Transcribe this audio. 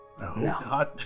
No